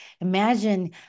Imagine